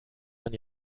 man